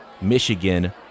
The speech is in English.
Michigan